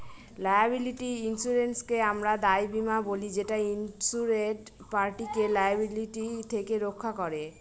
liability ইন্সুরেন্সকে আমরা দায় বীমা বলি যেটা ইন্সুরেড পার্টিকে লায়াবিলিটি থেকে রক্ষা করে